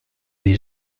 des